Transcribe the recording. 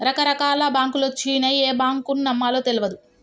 రకరకాల బాంకులొచ్చినయ్, ఏ బాంకును నమ్మాలో తెల్వదు